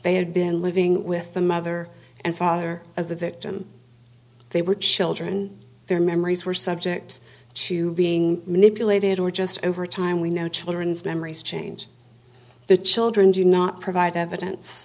they had been living with the mother and father of the victim they were children their memories were subject to being manipulated or just over time we know children's memories change the children do not provide evidence